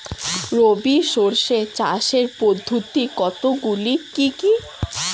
রবি শস্য চাষের পদ্ধতি কতগুলি কি কি?